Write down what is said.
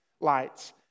lights